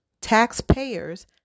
taxpayers